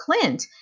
Clint